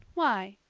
why?